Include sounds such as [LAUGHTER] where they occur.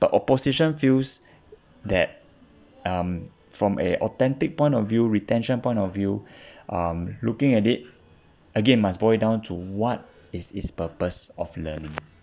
the opposition feels that um from a authentic point of view retention point of view [BREATH] um looking at it again must boil down to what is this purpose of learning